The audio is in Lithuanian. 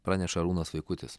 praneša arūnas vaikutis